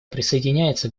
присоединяется